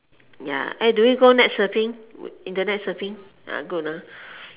ya and do you go net surfing internet surfing ah good lah